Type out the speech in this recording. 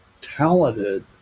talented